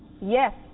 Yes